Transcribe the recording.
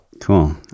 cool